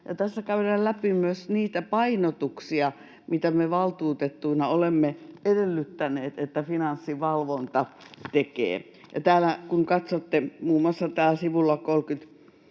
Tässä käydään läpi myös niitä painotuksia, mitä me valtuutettuina olemme edellyttäneet, että Finanssivalvonta tekee. Kun katsotte muun muassa sivulta 39